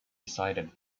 decided